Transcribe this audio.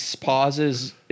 pauses